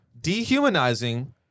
dehumanizing